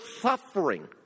suffering